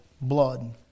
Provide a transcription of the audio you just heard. blood